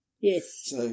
Yes